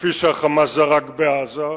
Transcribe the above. כפי שה"חמאס" זרק בעזה,